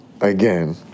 again